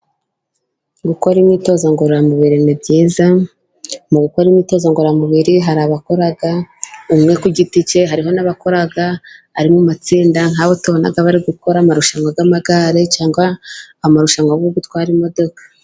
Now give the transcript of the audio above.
Gukora imyitozo ngororamubiri ni byiza, mu gukora imyitozo ngororamubiri hari abakora umwe ku giti cye, harimo n'abakora ari mu matsinda, nkabo tubona bari gukora amarushanwa y'amagare cyangwa amarushanwa yo gutwara imodoka.